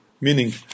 Meaning